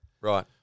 Right